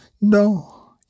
No